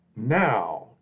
now